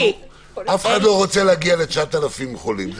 אף אחד לא רוצה להגיע ל-9,000 חולים.